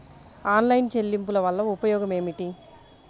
Online చెల్లింపుల వల్ల ఉపయోగమేమిటీ?